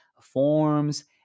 forms